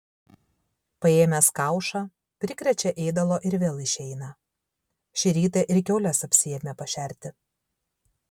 paėmęs kaušą prikrečia ėdalo ir vėl išeina šį rytą ir kiaules apsiėmė pašerti